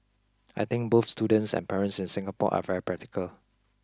I think both students and parents in Singapore are very practical